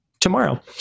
tomorrow